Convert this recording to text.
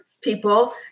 people